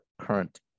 current